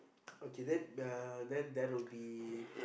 okay then uh then that will be